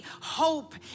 hope